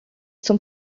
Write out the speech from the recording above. zum